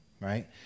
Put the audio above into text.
right